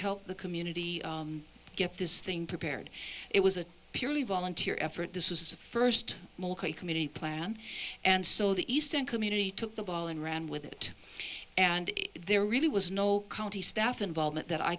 help the community get this thing prepared it was a purely volunteer effort this was the first community plan and so the eastern community took the ball and ran with it and there really was no county staff involvement that i